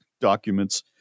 documents